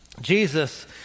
Jesus